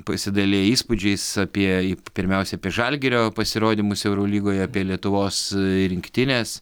pasidalija įspūdžiais apie pirmiausia apie žalgirio pasirodymus eurolygoje apie lietuvos rinktinės